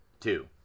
Two